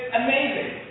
amazing